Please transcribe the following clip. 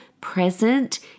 present